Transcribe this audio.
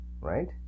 right